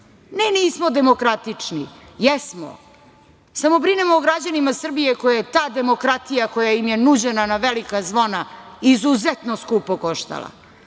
ne nismo demokratični, jesmo, samo brinemo o građanima Srbije koje je ta demokratija koja im je nuđena na velika zvona izuzetno skupo koštala.